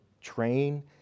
train